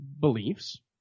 beliefs